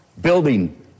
building